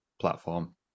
platform